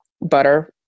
butter